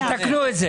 יתקנו את זה.